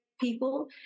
people